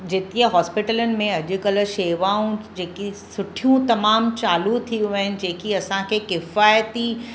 जे तीअं हॉस्पिटलनि में अॼुकल्ह शेवाऊं जेकी सुठियूं तमामु चालू थियूं आहिनि जेकी असांखे किफ़ाइती